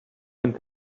and